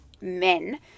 men